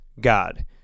God